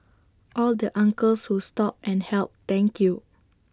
all the uncles who stopped and helped thank you